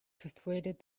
persuaded